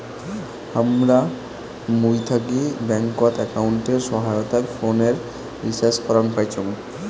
হামরা মুই থাকি ব্যাঙ্কত একাউন্টের সহায়তায় ফোনের রিচার্জ করাং পাইচুঙ